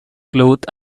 cloth